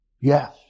Yes